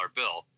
bill